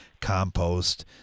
compost